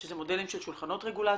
שאלה מודלים של שולחנות רגולטורים.